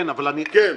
כן, מקובל.